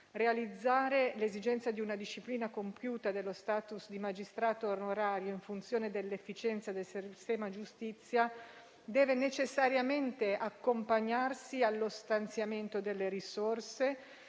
Realizzare l'esigenza di una disciplina compiuta dello *status* di magistrato onorario in funzione dell'efficienza del sistema giustizia deve necessariamente accompagnarsi allo stanziamento delle risorse